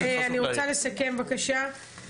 אני רוצה לסכם את הדיון.